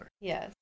Yes